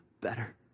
better